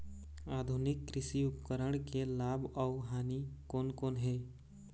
आधुनिक कृषि उपकरण के लाभ अऊ हानि कोन कोन हे?